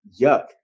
Yuck